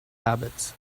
habits